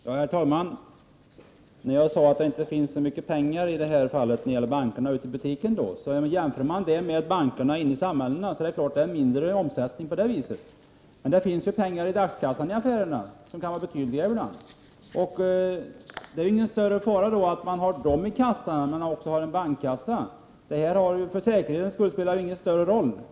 Herr talman! När jag sade att det inte finns så mycket pengar när det gäller bankservice ute i butiker, så menade jag att om man jämför med bankerna inne i samhällena, är det givetvis mindre omsättning. Men det finns ju pengar i affärernas dagskassor, som ibland kan vara betydande. Det är ingen större fara med att man har de pengarna i kassorna, när man också har en bankkassa. För säkerheten spelar det ingen större roll.